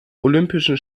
olympischen